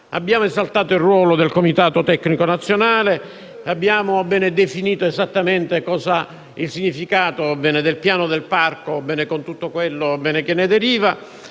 Abbiamo esaltato il ruolo del comitato tecnico nazionale e abbiamo definito esattamente il significato del piano del parco con quanto ne deriva.